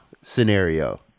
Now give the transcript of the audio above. scenario